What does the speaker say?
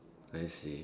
I see